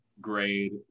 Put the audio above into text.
grade